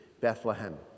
Bethlehem